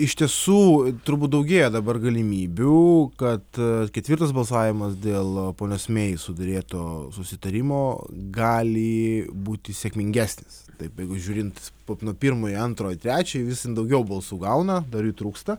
iš tiesų turbūt daugėja dabar galimybių kad ketvirtas balsavimas dėl ponios mei suderėto susitarimo gali būti sėkmingesnis taip jeigu žiūrint po nuo pirmojo antrojo trečio jie vis ten daugiau balsų gauna dar jų trūksta